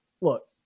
Look